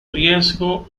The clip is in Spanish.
riesgo